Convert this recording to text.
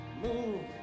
move